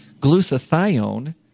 glutathione